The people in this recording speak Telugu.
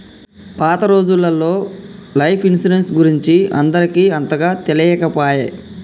పాత రోజులల్లో లైఫ్ ఇన్సరెన్స్ గురించి అందరికి అంతగా తెలియకపాయె